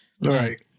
Right